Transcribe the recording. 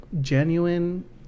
genuine